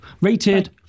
Rated